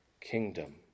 kingdom